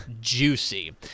juicy